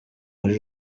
muri